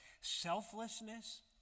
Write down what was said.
selflessness